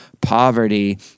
poverty